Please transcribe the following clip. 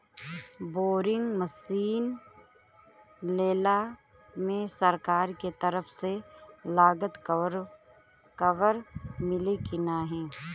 Boring मसीन लेला मे सरकार के तरफ से लागत कवर मिली की नाही?